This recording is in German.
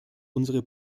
unsere